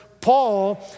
Paul